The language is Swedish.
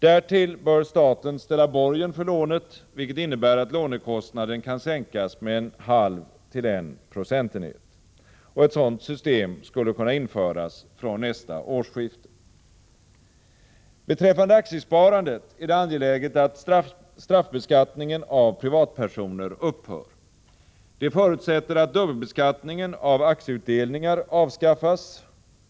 Därtill bör staten ställa borgen för lånet, vilket innebär att lånekostnaden kan sänkas med 0,5-1 procentenhet. Ett sådant system skulle kunna införas från nästa årsskifte. Beträffande aktiesparandet är det angeläget att straffbeskattningen av privatpersoner upphör. Det förutsätter att dubbelbeskattningen av aktieutdelningar avskaffas.